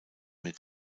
mit